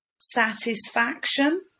satisfaction